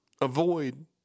avoid